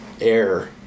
air